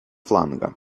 фланга